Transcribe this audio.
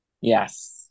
Yes